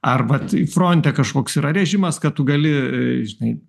arba vat fronte kažkoks yra režimas kad tu gali žinai